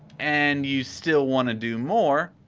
and you still want to do more,